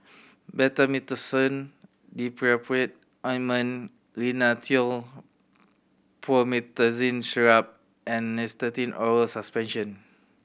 Betamethasone Dipropionate Ointment Rhinathiol Promethazine Syrup and Nystatin Oral Suspension